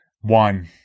one